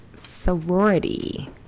sorority